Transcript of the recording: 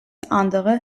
andere